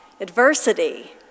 adversity